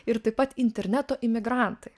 ir taip pat interneto imigrantai